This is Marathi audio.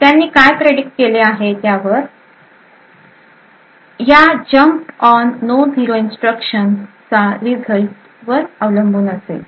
त्यांनी काय प्रेडिक्ट केले आहे त्यावर या jump on no zero instruction इन्स्ट्रक्शनचा रिझल्ट अवलंबून असेल